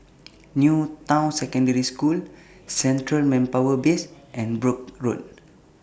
New Town Secondary School Central Manpower Base and Brooke Road